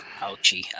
Ouchie